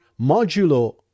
modulo